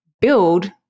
build